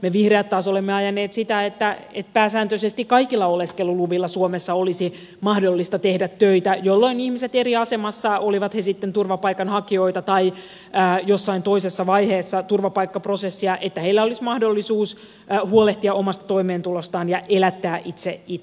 me vihreät taas olemme ajaneet sitä että pääsääntöisesti kaikilla oleskeluluvilla suomessa olisi mahdollista tehdä töitä jolloin eri asemassa olevilla ihmisillä olivat he sitten turvapaikanhakijoita tai jossain toisessa vaiheessa turvapaikkaprosessia olisi mahdollisuus huolehtia omasta toimeentulostaan ja elättää itse itsensä